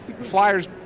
Flyers